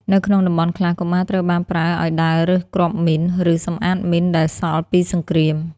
នៅក្នុងតំបន់ខ្លះ កុមារត្រូវបានប្រើឱ្យដើររើសគ្រាប់មីន ឬសម្អាតមីនដែលសល់ពីសង្គ្រាម។